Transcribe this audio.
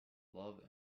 love